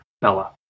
Bella